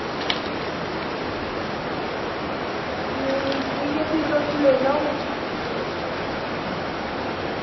ठीक ऐ फ्ही तुस लेई लाओ